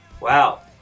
Wow